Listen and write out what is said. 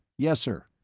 yes, sir.